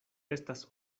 estas